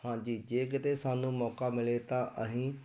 ਹਾਂਜੀ ਜੇ ਕਿਤੇ ਸਾਨੂੰ ਮੌਕਾ ਮਿਲੇ ਤਾਂ ਅਸੀਂ